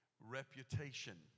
reputation